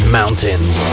mountains